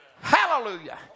Hallelujah